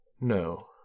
No